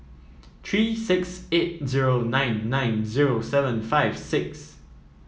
three six eight zero nine nine zero seven five six